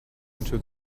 into